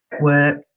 work